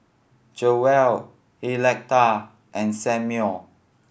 Jewell Electa and Samuel